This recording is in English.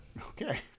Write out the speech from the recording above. Okay